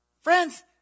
Friends